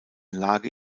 lage